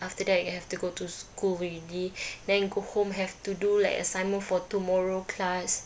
after that you have to go to school already then go home have to do like assignment for tomorrow class